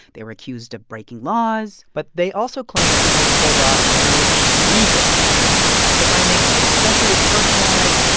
they were accused of breaking laws but they also claimed to have pulled off new legal tactics for finding especially personalized,